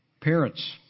Parents